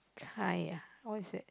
kind ya what's that